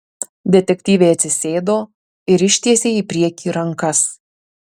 detektyvė atsisėdo ir ištiesė į priekį rankas